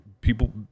people